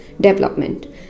development